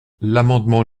l’amendement